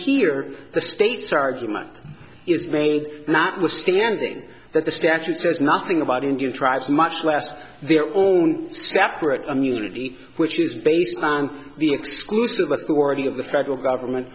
here the states argument is made notwithstanding that the statute says nothing about indian tribes much less their own separate community which is based on the exclusive authority of the federal government